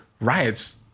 riots